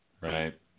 Right